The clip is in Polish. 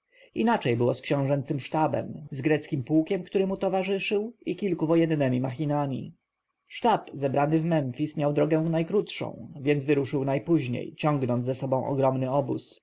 inaczej było z książęcym sztabem z greckim pułkiem który mu towarzyszył i kilkoma wojennemi machinami sztab zebrany w memfis miał drogę najkrótszą więc wyruszył najpóźniej ciągnąc za sobą ogromny obóz